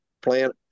plant